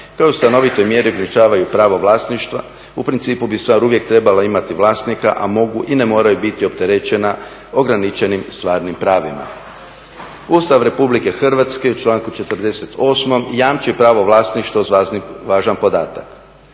koje u stanovitoj mjeri označavaju pravo vlasništva. U principu bi stvar uvijek trebala imati vlasnika a mogu i ne moraju biti opterećena ograničenim stvarnim pravima. Ustav Republike Hrvatske u članku 48. jamči pravo vlasništva uz važan podatak: